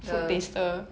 the